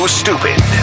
stupid